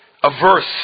Averse